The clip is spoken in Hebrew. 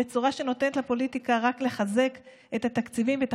בצורה שנותנת לפוליטיקה רק לחזק את התקציבים ואת